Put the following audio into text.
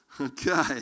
Okay